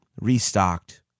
restocked